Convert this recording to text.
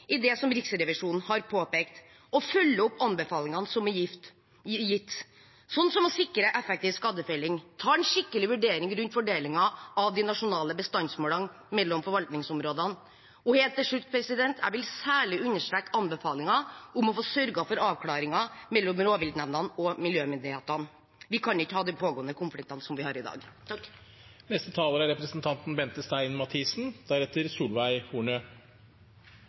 i det Riksrevisjonen har påpekt, og følger opp anbefalingene som blir gitt – som å sikre effektiv skadefelling og ta en skikkelig vurdering rundt fordelingen av de nasjonale bestandsmålene mellom forvaltningsområdene. Helt til slutt vil jeg særlig understreke anbefalingen om å få sørget for avklaringer mellom rovviltnemndene og miljømyndighetene. Vi kan ikke ha de pågående konfliktene vi har i dag. Først vil jeg rette en stor takk